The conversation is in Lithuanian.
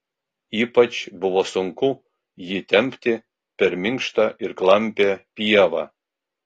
ypač buvo sunku jį tempti per minkštą ir klampią pievą